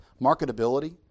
marketability